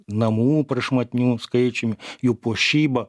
namų prašmatnių skaičium jų puošyba